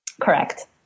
Correct